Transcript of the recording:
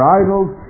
idols